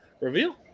reveal